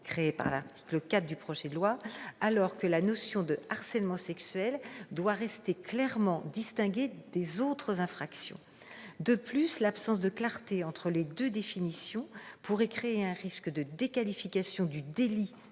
créé par l'article 4 du projet de loi, alors que la notion de harcèlement sexuel doit rester clairement distinguée des autres infractions. De plus, l'absence de clarté entre les deux définitions pourrait créer un risque de déqualification du délit de